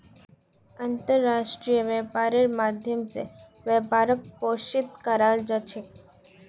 अन्तर्राष्ट्रीय व्यापारेर माध्यम स व्यापारक पोषित कराल जा छेक